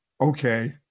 okay